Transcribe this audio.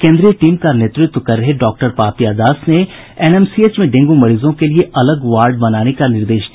केंद्रीय टीम का नेतृत्व कर रहे डॉक्टर पापिया दास ने एनएमसीएच में डेंगू मरीजों के लिये अलग वार्ड बनाने का निर्देश दिया